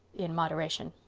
in moderation.